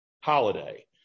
holiday